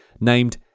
named